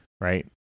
right